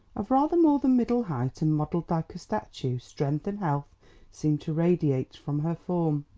of rather more than middle height, and modelled like a statue, strength and health seemed to radiate from her form.